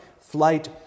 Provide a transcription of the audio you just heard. flight